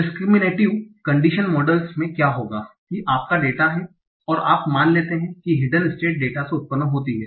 discriminative condition models में क्या होगा कि आपका डेटा है और आप मान लेते हैं कि हिड्न स्टेट डेटा से उत्पन्न होती है